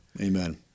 Amen